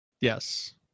Yes